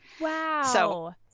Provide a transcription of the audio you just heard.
Wow